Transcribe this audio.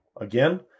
Again